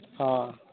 ᱦᱚᱸ